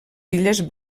illes